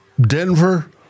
Denver